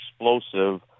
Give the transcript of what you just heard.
explosive